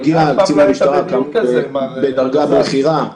מגיע קצין המשטרה בדרגה בכירה,